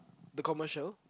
the commercial